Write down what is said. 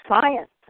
science